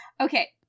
Okay